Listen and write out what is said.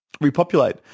repopulate